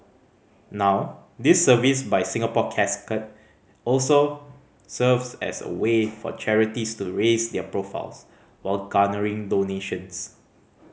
now this service by Singapore Casket also serves as a way for charities to raise their profiles while garnering donations